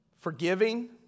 Forgiving